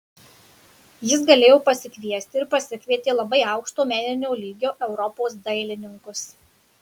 jis galėjo pasikviesti ir pasikvietė labai aukšto meninio lygio europos dailininkus